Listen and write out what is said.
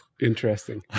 Interesting